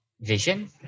vision